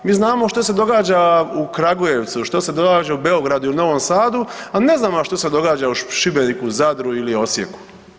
Mi znamo što se događa u Kragujevcu, što se događa u Beogradu ili Novom SAdu, a ne znamo što se događa u Šibeniku, Zadru ili Osijeku.